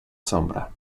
sombra